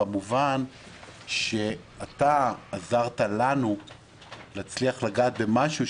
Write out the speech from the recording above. במובן שאתה עזרת לנו להצליח לגעת במשהו,